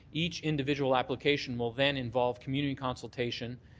each individual application will then involve community consultation